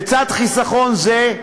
לצד חיסכון זה,